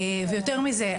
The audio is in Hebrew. יותר מזה,